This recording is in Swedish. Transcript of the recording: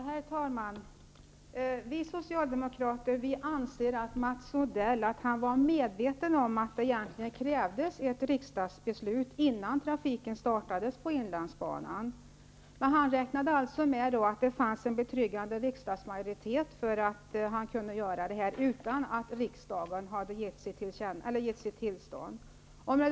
Herr talman! Vi socialdemokrater anser att Mats Odell var medveten om att det egentligen krävdes ett riksdagsbeslut innan trafiken startades på inlandsbanan. Han räknade med att det fanns en betryggande riksdagsmajoritet för att kunna genomföra detta utan att riksdagen hade gett sitt tillstånd.